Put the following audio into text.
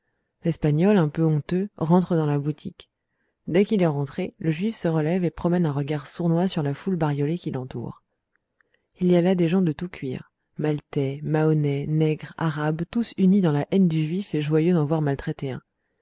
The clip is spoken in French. l'espagnol un peu honteux rentre dans la boutique dès qu'il est rentré le juif se relève et promène un regard sournois sur la foule bariolée qui l'entoure il y a là des gens de tout cuir maltais mahonais nègres arabes tous unis dans la haine du juif et joyeux d'en voir maltraiter